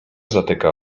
zatyka